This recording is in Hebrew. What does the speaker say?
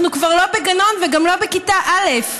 אנחנו כבר לא בגנון וגם לא בכיתה א'.